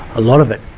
a lot of it.